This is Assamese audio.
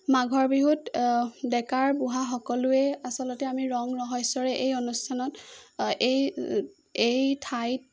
মাঘৰ বিহুত ডেকা বুঢ়া সকলোৱে আচলতে আমি ৰং ৰহইচৰে এই অনুষ্ঠানত এই এই ঠাইত